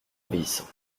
envahissant